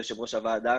יו"ר הוועדה,